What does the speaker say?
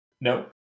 No